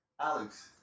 Alex